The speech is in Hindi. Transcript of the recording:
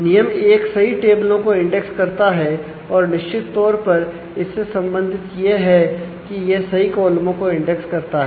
नियम एक सही टेबलो को इंडेक्स करता है और निश्चित तौर पर इससे संबंधित यह है कि यह सही कॉलमों को इंडेक्स करता है